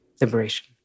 Liberation